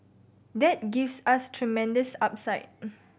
that gives us tremendous upside